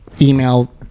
email